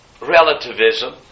Relativism